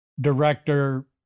director